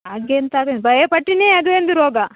ಹಾಗೆ ಅಂತಾರೆ ಭಯ ಪಟ್ಟಿನೇ ಅದು ಒಂದು ರೋಗ